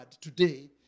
today